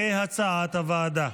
כהצעת הוועדה.